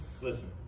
listen